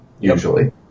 usually